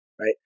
right